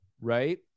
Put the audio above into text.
Right